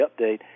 update